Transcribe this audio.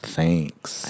Thanks